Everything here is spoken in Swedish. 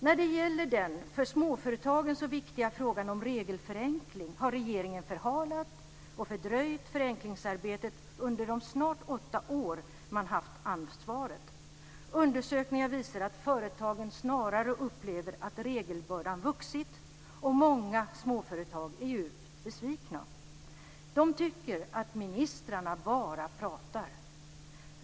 När det gäller den för småföretagen så viktiga frågan om regelförenkling har regeringen förhalat och fördröjt arbetet under de snart åtta år då man har haft ansvaret. Undersökningar visar att företagen snarare upplever att regelbördan vuxit, och många småföretag är djupt besvikna. De tycker att ministrarna bara pratar.